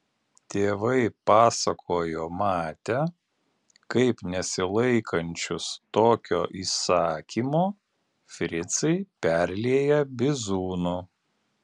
tėvai pasakojo matę kaip nesilaikančius tokio įsakymo fricai perlieja bizūnu